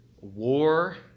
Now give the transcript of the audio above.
war